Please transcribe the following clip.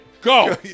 Go